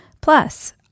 Plus